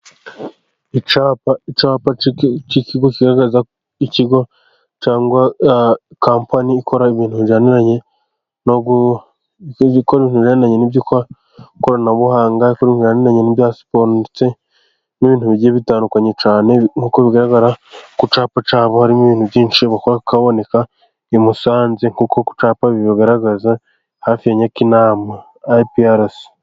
Icyapa, icyapa cy'ikigo kigaragaza ikigo cyangwa kampani, ikora ibintu bijyaniranye n'iby'ikoranabuhanga ariko rijyaniranye n'ibya siporo, ndetse n'ibintu bigiye bitandukanye cyane nkuko bigaragara ku cyapa cyabo. Harimo ibintu byinshi biboneka i Musanze, nk'uko ku cyapa kibigaragaza hafi ya Nyakinama ayipiyarasi.